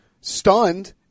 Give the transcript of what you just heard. stunned